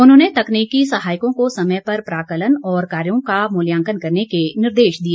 उन्होंने तकनीकी सहायकों को समय पर प्राकलन और कार्यों का मूल्यांकन करने के निर्देश दिए